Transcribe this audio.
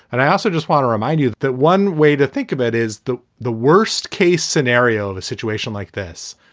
and i also just want to remind you that one way to think about is the the worst case scenario of a situation like this.